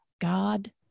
God